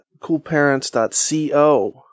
coolparents.co